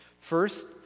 First